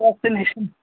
destination